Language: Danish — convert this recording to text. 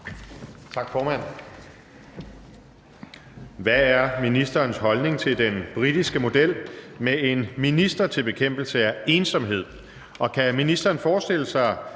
Tak, formand. Hvad er ministerens holdning til den britiske model med en minister til bekæmpelse af ensomhed,